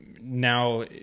now